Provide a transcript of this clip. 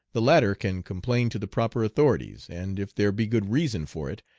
the latter can complain to the proper authorities, and, if there be good reason for it,